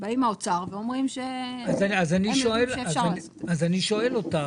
באים האוצר ואומרים שהם יודעים שאפשר לעשות --- אז אני שואל אותך,